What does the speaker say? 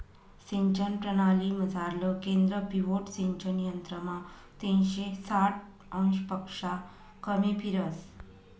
सिंचन परणालीमझारलं केंद्र पिव्होट सिंचन यंत्रमा तीनशे साठ अंशपक्शा कमी फिरस